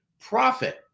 Profit